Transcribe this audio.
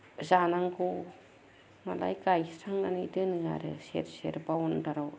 जानांगौ माने गायस्रांनानै दोनो आरो सेर सेर बावन्दारियाव